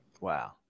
Wow